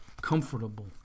comfortable